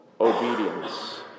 obedience